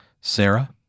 Sarah